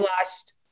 lost